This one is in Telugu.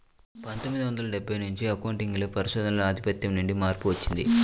పందొమ్మిది వందల డెబ్బై నుంచి అకౌంటింగ్ లో పరిశోధనల ఆధిపత్యం నుండి మార్పు వచ్చింది